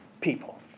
people